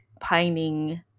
pining